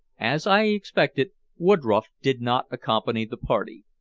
as i expected, woodroffe did not accompany the party.